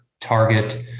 Target